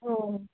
हो